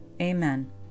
Amen